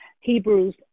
Hebrews